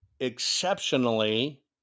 exceptionally